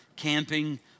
camping